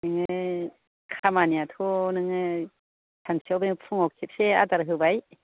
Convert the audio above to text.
बेनो खामानियाथ' नोङो सानसेयाव नों फुङाव खेबसे आदार होबाय